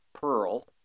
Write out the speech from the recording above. pearl